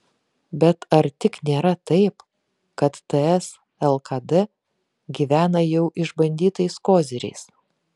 bet ar tik nėra taip kad ts lkd gyvena jau išbandytais koziriais